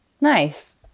Nice